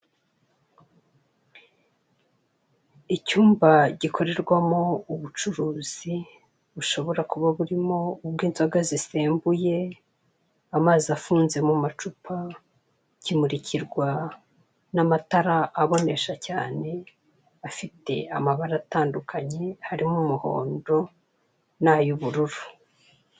Icyumba gikorerwamo ubucuruzi bushobora kuba burimo ubw'inzoga zisembuye, amazi afunze mu macupa, kimurikirwa n'amatara abonesha cyane afite amabara atandukanye hariho umuhondo n'ay'ubururu.